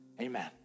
amen